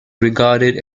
regarded